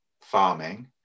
farming